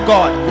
God